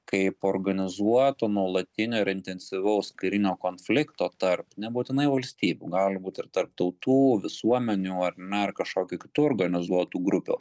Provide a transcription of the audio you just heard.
kaip organizuoto nuolatinio ir intensyvaus karinio konflikto tarp nebūtinai valstybių gali būt ir tarp tautų visuomenių ar ne ar kažkokių kitų organizuotų grupių